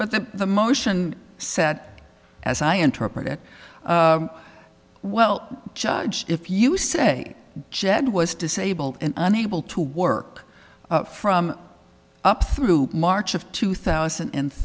but that the motion set as i interpret it well judge if you say jed was disabled and unable to work from up through march of two thousand and